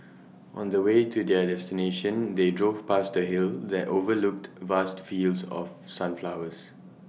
on the way to their destination they drove past A hill that overlooked vast fields of sunflowers